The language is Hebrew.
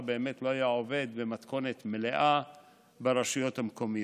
באמת לא היה עובד במתכונת מלאה ברשויות המקומיות.